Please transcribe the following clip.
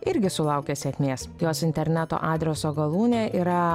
irgi sulaukė sėkmės jos interneto adreso galūnė yra